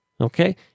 Okay